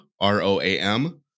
R-O-A-M